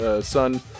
son